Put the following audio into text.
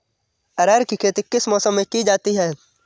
अरहर की खेती किस मौसम में की जाती है?